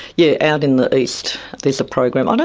yeah out in the east there's a program. and